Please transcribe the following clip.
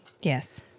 Yes